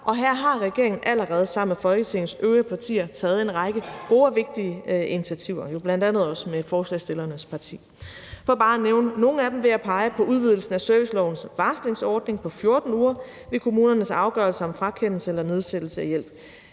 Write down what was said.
og her har regeringen allerede sammen med Folketingets øvrige partier taget en række gode og vigtige initiativer, bl.a. også med forslagsstillernes parti. For bare at nævne nogle af dem vil jeg pege på udvidelsen af servicelovens varslingsordning på 14 uger ved kommunernes afgørelse om frakendelse eller nedsættelse af hjælp.